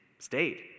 stayed